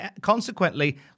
consequently